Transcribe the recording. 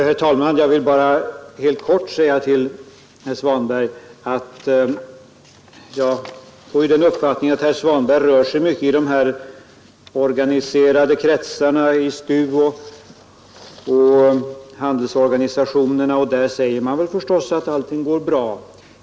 Herr talman! Jag vill bara helt kort säga till herr Svanberg att jag får den uppfattningen att herr Svanberg rör sig mycket i de här organiserade kretsarna — i STU och i handelsorganisationerna — och där säger man förstås att allting går bra.